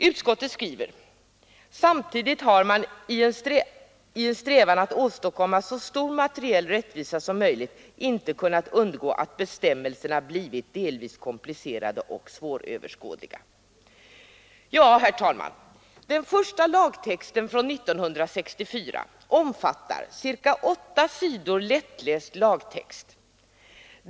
Utskottet skriver: ”Samtidigt har man i en strävan att åstadkomma så stor materiell rättvisa som möjligt inte kunnat undgå att bestämmelserna blivit delvis komplicerade och svåröverskådliga.” Ja, herr talman, den första lagtexten från 1964 omfattar ca 8 sidor lättläst lagtext.